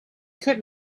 could